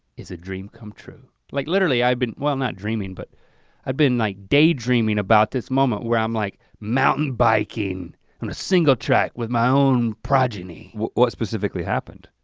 is a dream come true. like literally i'd been, well not dreaming, but i've been like daydreaming about this moment where i'm like mountain biking on a single track with my own progeny. what specifically happened?